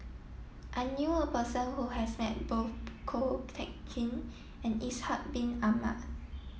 I knew a person who has met both Ko Teck Kin and Ishak Bin Ahmad